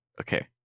Okay